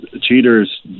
cheaters